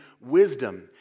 wisdom